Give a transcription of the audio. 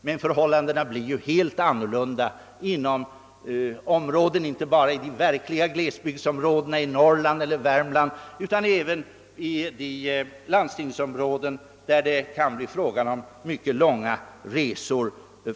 Men förhållandena är annorlunda inte bara i de verkliga glesbygdsområdena i Norrland eller Värmland utan även i sådana landstingsområden där patienterna kan bli tvungna att göra långa resor.